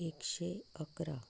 एकशें अकरा